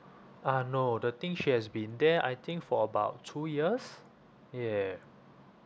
ah no the thing she has been there I think for about two years yeah